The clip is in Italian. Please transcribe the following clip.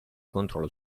controllo